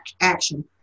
action